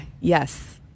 yes